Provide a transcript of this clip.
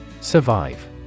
Survive